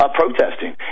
protesting